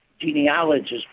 genealogist